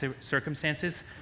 circumstances